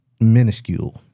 minuscule